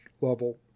level